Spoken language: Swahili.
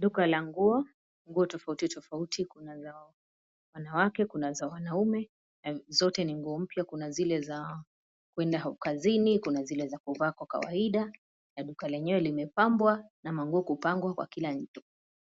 Duka la nguo. Nguo tofautitofauti kuna za wanawake, kuna za wanaume na zote ni nguo mpya. Kuna zile za kwenda kazini, kuna zile za kuvaa kwa kawaida . Na duka lenyewe limepambwa na manguo kupangwa kwa kila